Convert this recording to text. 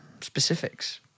specifics